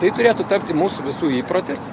tai turėtų tapti mūsų visų įprotis